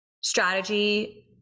strategy